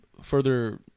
further